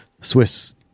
Swiss